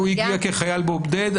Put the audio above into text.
הוא הגיע כחייל בודד,